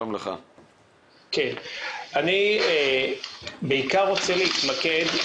אני בעיקר רוצה להתמקד,